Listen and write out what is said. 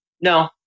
No